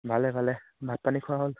ভালে ভালে ভাত পানী খোৱা হ'ল